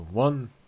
One